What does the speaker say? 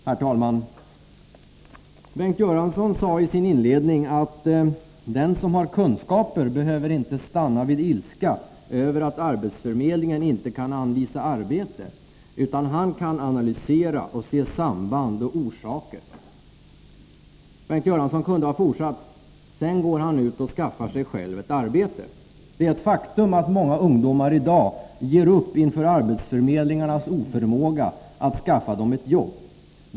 Herr talman! I sin inledning sade Bengt Göransson att den som har kunskaper inte behöver stanna i ilska över att arbetsförmedlingen inte kan anvisa arbete, utan han kan analysera, se samband och orsaker. Bengt Göransson kunde ha fortsatt: Sedan går han ut och skaffar sig själv ett arbete. Men ett faktum är att många ungdomar i dag ger upp inför arbetsförmedlingarnas oförmåga att skaffa dem ett jobb.